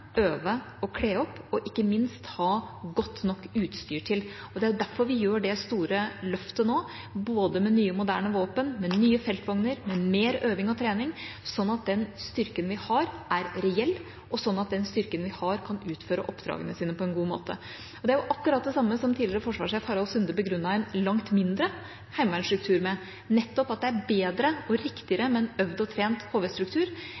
øve, kle opp og ikke minst ha godt nok utstyr til. Det er derfor vi gjør det store løftet nå, både med nye moderne våpen, med nye feltvogner, med mer øving og trening – sånn at den styrken vi har, er reell, og sånn at den styrken vi har, kan utføre oppdragene sine på en god måte. Det er akkurat det samme som tidligere forsvarssjef Harald Sunde begrunnet en langt mindre heimevernsstruktur med, nettopp at det er bedre og riktigere med en øvd og trent HV-struktur enn en større struktur